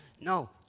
No